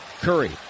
Curry